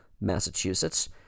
Massachusetts